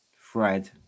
Fred